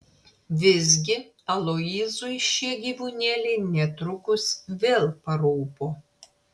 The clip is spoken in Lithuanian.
visgi aloyzui šie gyvūnėliai netrukus vėl parūpo